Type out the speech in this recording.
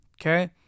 okay